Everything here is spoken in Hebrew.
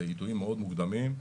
בעיתויים מאוד מוקדמים.